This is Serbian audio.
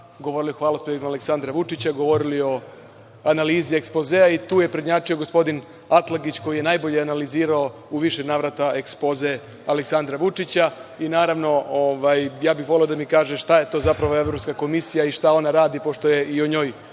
govorili o analizi ekspozea, tu je prednjačio gospodi Atlagić koji je najbolje analizirao u više navrata ekspoze Aleksandra Vučića. Voleo bih da mi kaže šta je to zapravo Evropska komisija i šta ona radi, pošto je i o njoj